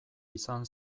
izan